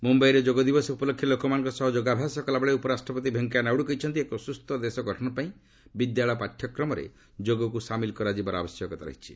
ମୁମ୍ଭାଇରେ ଯୋଗ ଦିବସ ଉପଲକ୍ଷେ ଲୋକମାନଙ୍କ ସହ ଯୋଗାଭ୍ୟାସ କଲାବେଳେ ଉପରାଷ୍ଟ୍ର ଭେଙ୍କୟା ନାଇଡୁ କହିଛନ୍ତି ଏକ ସୁସ୍ଥ ଦେଶ ଗଠନ ପାଇଁ ବିଦ୍ୟାଳୟ ପାଠ୍ୟକ୍ରମରେ ଯୋଗକୁ ସାମିଲ କରାଯିବାର ଆବଶ୍ୟକତା ରହିଛି